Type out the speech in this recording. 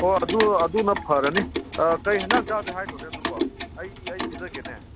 ꯍꯣꯏ ꯑꯗꯨꯅ ꯐꯔꯅꯤ ꯀꯔꯤ ꯑꯦꯟꯁꯥꯡ ꯆꯥꯁꯤ ꯍꯥꯏꯅꯣꯅꯦ ꯑꯗꯨꯕꯣ ꯑꯩ ꯄꯤꯖꯒꯦꯅꯦ